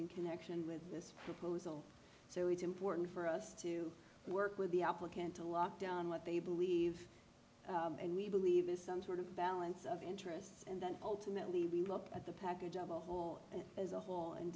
in connection with this proposal so it's important for us to work with the applicant to lock down what they believe and we believe is some sort of balance of interests and then ultimately we look at the package of a whole and as a whole and